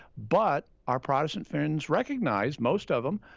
but our protestant friends recognize, most of them,